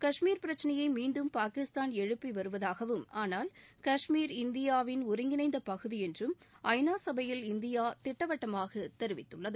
கஷ்மீர் பிரச்சனையை மீண்டும் பாகிஸ்தான் எழுப்பி வருவதாகவும் ஆனால் கஷ்மீர் இந்தியாவின் ஒருங்கிணைந்த பகுதி என்றும் ஐ நா சபையில் இந்தியா திட்டவட்டமாக தெரிவித்துள்ளது